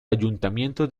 ayuntamiento